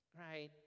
right